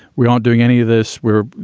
we aren't doing any of this. we're you